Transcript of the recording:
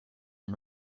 and